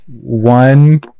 one